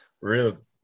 Real